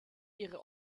ihre